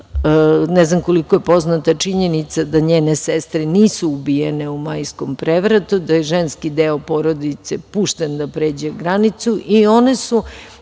Ne znam koliko je poznata činjenica da njene sestre nisu ubijene u Majskom prevratu, da je ženski deo porodice pušten da pređe granicu i one su